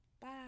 Bye